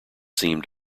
seemed